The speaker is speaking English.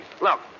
Look